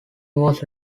was